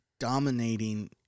dominating